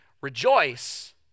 Rejoice